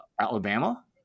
Alabama